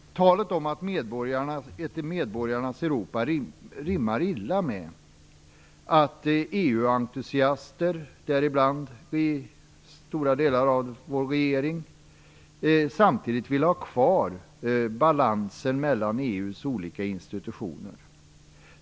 Talet om ett medborgarnas Europa rimmar illa med att EU-entusiaster, däribland stora delar av vår regering, samtidigt vill ha kvar balansen mellan EU:s olika institutioner.